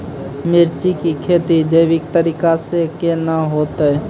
मिर्ची की खेती जैविक तरीका से के ना होते?